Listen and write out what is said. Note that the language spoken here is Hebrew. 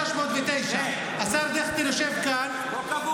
שטח אש 309. השר דיכטר יושב כאן, פה קבור הכלב.